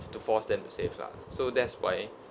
to force them to save lah so that's why